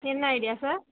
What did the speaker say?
என்ன idea sir